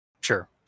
Sure